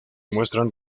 muestran